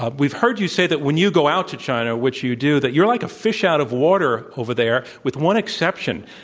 ah we've heard you say that when you go out to china, which you do, that you're like a fish out of water over there with one exception.